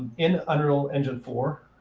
in unreal engine four.